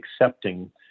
accepting